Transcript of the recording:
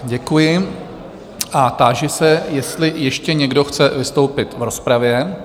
Děkuji a táži se, jestli ještě někdo chce vystoupit v rozpravě?